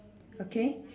okay